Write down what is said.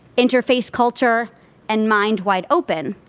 interface culture and mind wide open.